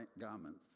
garments